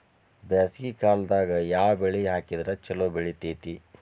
ಬ್ಯಾಸಗಿ ಕಾಲದಾಗ ಯಾವ ಬೆಳಿ ಹಾಕಿದ್ರ ಛಲೋ ಬೆಳಿತೇತಿ?